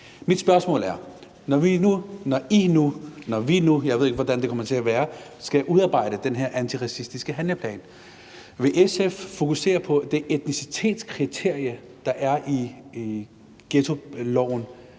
Mit spørgsmål er: Når I nu eller når vi nu – jeg ved ikke, hvordan det kommer til at være – skal udarbejde den her antiracistiske handleplan, vil SF så fokusere på det etnicitetskriterie, der er i ghettoloven,